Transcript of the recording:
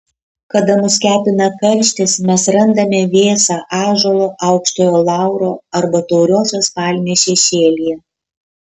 kada mus kepina karštis mes randame vėsą ąžuolo aukštojo lauro arba tauriosios palmės šešėlyje